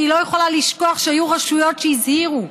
אני לא יכולה לשכוח שהיו רשויות שהזהירו,